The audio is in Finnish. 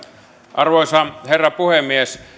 arvoisa herra puhemies